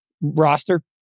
roster